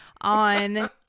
on